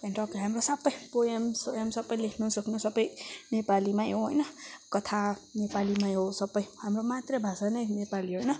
त्यहाँदेखि टक्कै हाम्रो सबै पोयमसोयम सबै लेख्नु सक्नु सबै नेपालीमै हो होइन कथा नेपालीमै हो सबै हाम्रो मातृभाषा नै नेपाली होइन